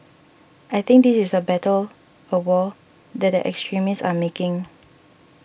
I think this is a battle a war that the extremists are making